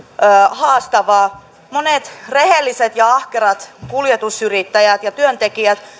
haastavaa monet rehelliset ja ahkerat kuljetusyrittäjät ja työntekijät